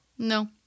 No